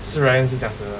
是 ryan 是这样子的